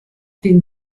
den